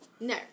No